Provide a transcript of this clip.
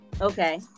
Okay